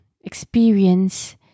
experience